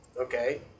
Okay